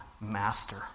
master